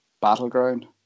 battleground